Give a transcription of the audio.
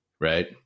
right